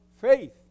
faith